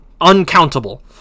...uncountable